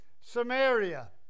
Samaria